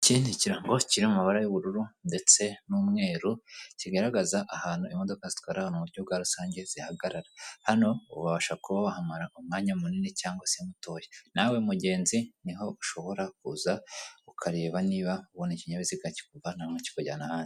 Iki ni ikirango kiri mu mabara w'ubururu ndetse n'umweru kigaragaza ahantu imodoka zitwara abantu mu buryo bwa rusange zihagarara, hano ubasha kuba wahamara umwanya munini cyangwa se mutoya, nawe mugenzi niho ushobora kuza ukareba niba ubona ikinyabiziga kikuvana ahantu hamwe kikujyana ahandi.